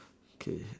okay